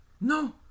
No